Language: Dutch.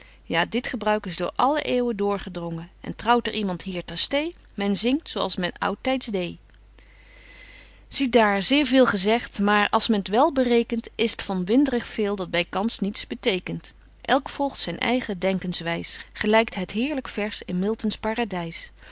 ja dit gebruik is door alle eeuwen doorge drongen en trouwt er iemand hier ter steê men zingt zo als men oudtyds deê betje wolff en aagje deken historie van mejuffrouw sara burgerhart zie daar zeer veel gezegt maar als men t wel berekent is t van dat windrig veel dat bykans niets betekent elk volgt zyn eigen denkens wys gelykt het heerlyk vers in miltons paradys